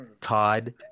Todd